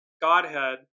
Godhead